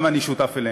גם אני שותף אליהן,